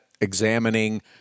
examining